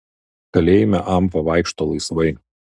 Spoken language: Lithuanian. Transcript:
kalėjime amfa vaikšto laisvai